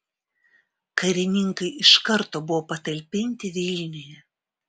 karininkai iš karto buvo patalpinti vilniuje